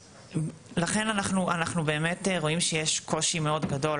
לכן אנחנו באמת רואים שיש קושי מאוד גדול